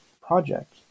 project